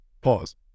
Pause